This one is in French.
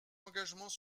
engagements